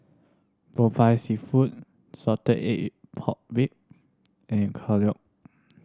Popiah Seafood salted egg pork rib and